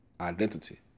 identity